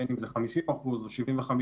בין אם 50% או 75%,